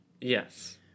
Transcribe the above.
Yes